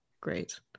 great